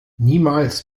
niemals